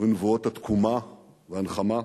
ונבואות התקומה והנחמה?